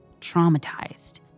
traumatized